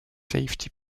safety